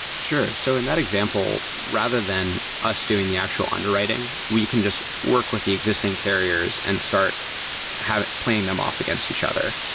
sure. so in that example, rather than us doing the actual underwriting, we can just work with the existing carriers and start playing them off against each other.